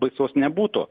baisaus nebūtų